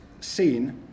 seen